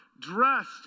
dressed